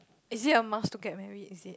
is it a must to get married is it